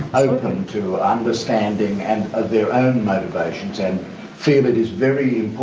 open to understanding and of their own motivations and feel it is very